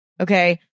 okay